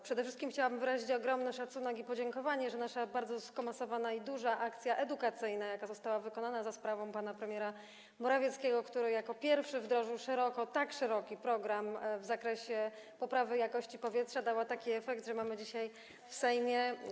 Przede wszystkim chciałabym wyrazić ogromny szacunek i podziękować, bo widać, że nasza bardzo skomasowana, duża akcja edukacyjna, jaka została wykonana za sprawą pana premiera Morawieckiego, który jako pierwszy wdrożył tak szeroki program w zakresie poprawy jakości powietrza, dała taki efekt, że mamy dzisiaj w Sejmie.